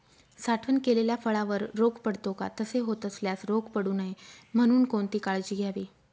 साठवण केलेल्या फळावर रोग पडतो का? तसे होत असल्यास रोग पडू नये म्हणून कोणती काळजी घ्यावी?